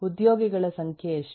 ಉದ್ಯೋಗಿಗಳ ಸಂಖ್ಯೆ ಎಷ್ಟು